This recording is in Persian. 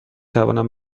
توانم